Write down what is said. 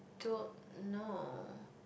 don't know